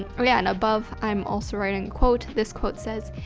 yeah, and above, i'm also writing quote. this quote says,